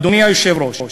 אדוני היושב-ראש,